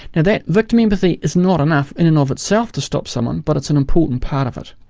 now that victim empathy is not enough in and of itself to stop someone, but it's an important part of it.